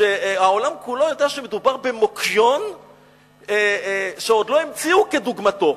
שהעולם כולו יודע שמדובר במוקיון שעוד לא המציאו כדוגמתו.